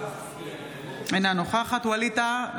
אינה נוכחת ווליד טאהא,